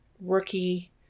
rookie